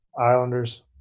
Islanders